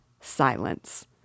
Silence